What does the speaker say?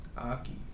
Aki